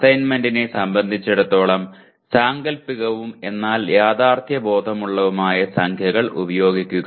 അസൈൻമെന്റിനെ സംബന്ധിച്ചിടത്തോളം സാങ്കൽപ്പികവും എന്നാൽ യാഥാർഥ്യ ബോധമുള്ളതുമായ സംഖ്യകൾ ഉപയോഗിക്കുക